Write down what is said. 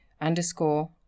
underscore